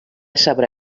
sabrà